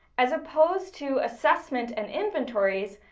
as opposed to assessment and inventories,